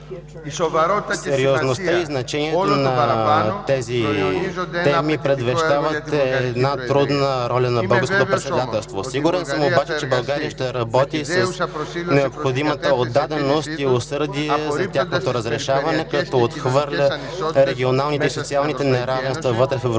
сериозността и значението на тези теми предвещават трудна роля на българското председателство. Сигурен съм обаче, че България ще работи с необходимата отдаденост и усърдие за тяхното разрешаване, като отхвърля регионалните и социалните неравенства вътре в Европейския